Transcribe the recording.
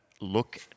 look